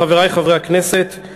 חברי חברי הכנסת,